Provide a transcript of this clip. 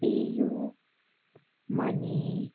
PayU money